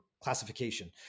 classification